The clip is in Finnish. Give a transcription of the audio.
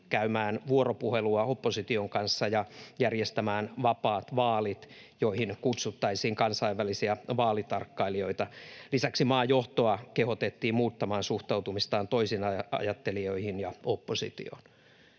käymään vuoropuhelua opposition kanssa ja järjestämään vapaat vaalit, joihin kutsuttaisiin kansainvälisiä vaalitarkkailijoita. Lisäksi maan johtoa kehotettiin muuttamaan suhtautumistaan toisinajattelijoihin ja oppositioon.